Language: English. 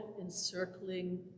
encircling